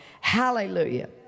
Hallelujah